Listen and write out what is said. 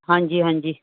ਹਾਂਜੀ ਹਾਂਜੀ